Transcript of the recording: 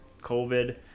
COVID